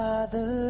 Father